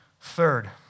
Third